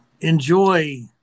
enjoy